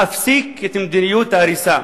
להפסיק את מדיניות ההריסה.